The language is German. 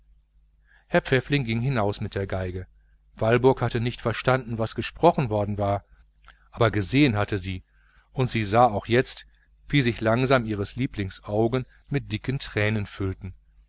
herr pfäffling ging hinaus mit dem instrument walburg hatte nicht verstanden was gesprochen worden war aber gesehen hatte sie und sie sah auch jetzt wie sich langsam ihres lieblings augen mit dicken tränen füllten